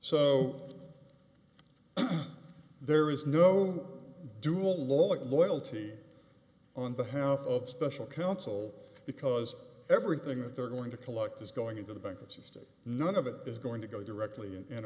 so there is no dual loyalty on behalf of special counsel because everything that they're going to collect is going into the banking system none of it is going to go directly and